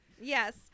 Yes